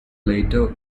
later